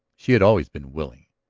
she had always been willing,